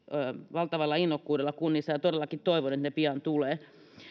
valtavalla innokkuudella kunnissa ja todellakin toivon että ne pian tulevat